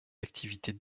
activités